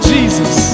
Jesus